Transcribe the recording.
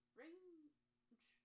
range